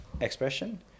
expression